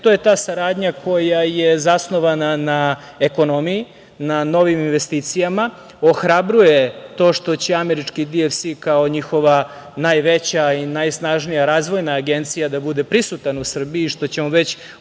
to je ta saradnja koja je zasnovana na ekonomiji, na novim investicijama. Ohrabruje to što će američki DFC, kao njihova najveća i najsnažnija razvojna agencija, da bude prisutan u Srbiji, što ćemo već u narednih